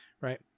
right